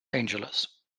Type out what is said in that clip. angeles